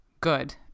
good